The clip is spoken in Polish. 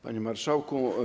Panie Marszałku!